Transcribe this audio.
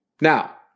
Now